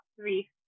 three